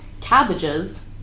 Cabbages